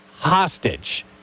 hostage